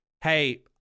Hey